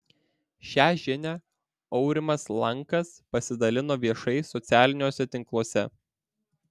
šią žinią aurimas lankas pasidalino viešai socialiniuose tinkluose